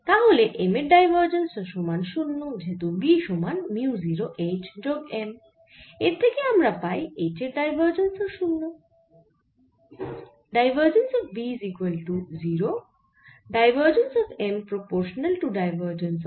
তাহলে M এর divergence সমান 0 যেহেতু B সমান মিউ 0 H যোগ M এর থেকে আমরা পাই H এর ডাইভারজেন্স ও 0